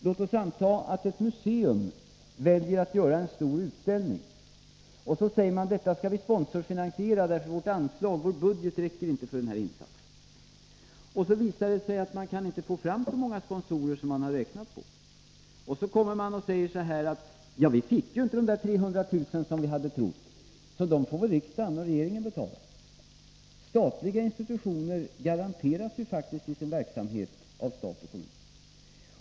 Låt oss anta att ett museum vill göra en stor utställning och säger: Detta skall vi sponsorfinansiera, eftersom vår budget inte räcker till för den här insatsen. Men sedan visar det sig att man inte kan få fram så många sponsorer som man hade räknat med, och då kommer man och säger: Vi fick inte de 300 000 kr. som vi hade trott att vi skulle få, så då får väl riksdagen och regeringen betala. Statliga institutioner får ju faktiskt garantier av stat och kommun.